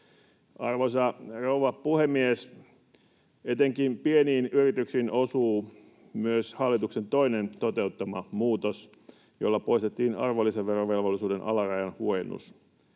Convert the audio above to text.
Arvoisa rouva puhemies! Etenkin pieniin yrityksiin osuu myös hallituksen toteuttama toinen muutos, jolla poistettiin arvonlisäverovelvollisuuden alarajan huojennus.